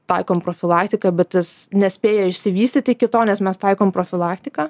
taikom profilaktiką bet jis nespėja išsivystyti iki to nes mes taikom profilaktiką